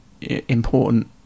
important